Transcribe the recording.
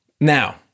Now